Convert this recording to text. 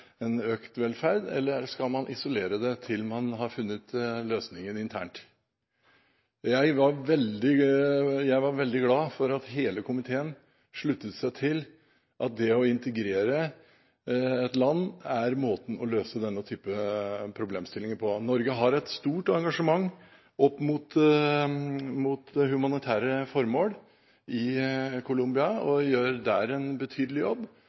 en økt velferd, eller skal man isolere dem til man har funnet løsningen internt? Jeg var veldig glad for at hele komiteen sluttet seg til at det å integrere et land, er måten å løse denne type problemstillinger på. Norge har et stort engasjement opp mot humanitære formål i Colombia, og gjør en betydelig jobb